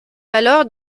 alors